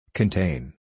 contain